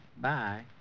Bye